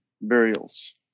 burials